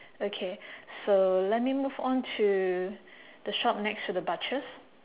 okay so let me move on to the shop next to the butchers